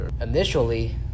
Initially